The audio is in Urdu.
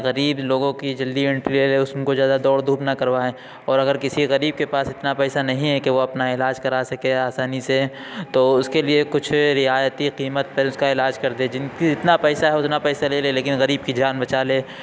غریب لوگوں کی جلدی انٹری لے لے اس میں ان کو زیادہ دوڑ دھوپ نہ کروائے اور اگر کسی غریب کے پاس اتنا پیسہ نہیں ہے کہ وہ اپنا علاج کرا سکے آسانی سے تو اس کے لیے کچھ رعایتی قیمت پر اس کا علاج کر دے جن کی جتنا پیسہ ہے اتنا پیسہ لے لے لیکن غریب کی جان بچا لے